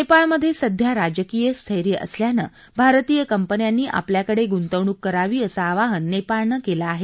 नेपाळमधे सध्या राजकीय स्थैर्य असल्यानं भारतीय कंपन्यांनी आपल्याकडे गुंतवणूक करावी असं आवाहन नेपाळनं केलं आहे